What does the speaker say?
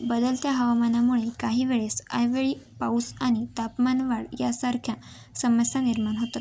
बदलत्या हवामानामुळे काही वेळेस अवेळी पाऊस आणि तापमान वाढ यासारख्या समस्या निर्माण होतात